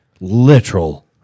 literal